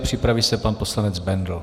Připraví se pan poslanec Bendl.